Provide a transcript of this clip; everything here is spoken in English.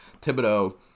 Thibodeau